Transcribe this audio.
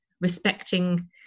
respecting